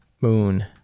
moon